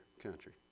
country